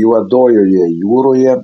juodojoje jūroje